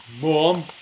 Mom